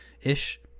ish